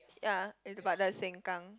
ya eh but the Sengkang